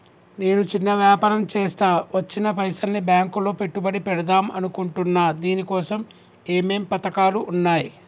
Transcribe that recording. నేను చిన్న వ్యాపారం చేస్తా వచ్చిన పైసల్ని బ్యాంకులో పెట్టుబడి పెడదాం అనుకుంటున్నా దీనికోసం ఏమేం పథకాలు ఉన్నాయ్?